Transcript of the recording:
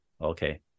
Okay